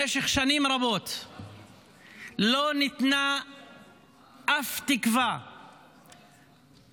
במשך שנים רבות לא ניתנה אף תקווה לצד